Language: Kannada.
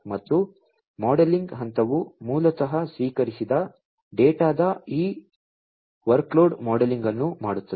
ಮತ್ತು ಮಾಡೆಲಿಂಗ್ ಹಂತವು ಮೂಲತಃ ಸ್ವೀಕರಿಸಿದ ಡೇಟಾದ ಈ ವರ್ಕ್ಲೋಡ್ ಮಾಡೆಲಿಂಗ್ ಅನ್ನು ಮಾಡುತ್ತದೆ